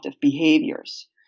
behaviors